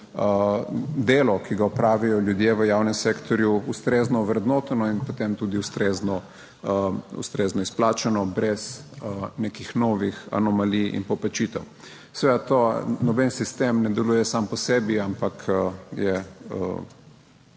delo, ki ga opravijo ljudje v javnem sektorju, ustrezno ovrednoteno in potem tudi ustrezno izplačano brez nekih novih anomalij in poplačitev. Seveda to noben sistem ne deluje sam po sebi, ampak je